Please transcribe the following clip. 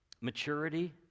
maturity